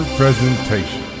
Presentation